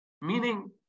Meaning